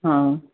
हा